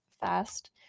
fast